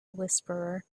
whisperer